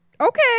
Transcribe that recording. Okay